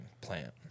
plant